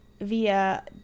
via